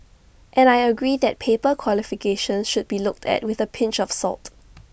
and I agree that paper qualifications should be looked at with A pinch of salt